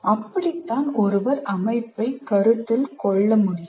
அப்படித்தான் ஒருவர் அமைப்பைக் கருத்தில் கொள்ள முடியும்